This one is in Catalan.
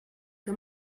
que